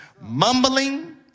mumbling